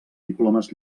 diplomes